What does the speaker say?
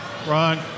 Ron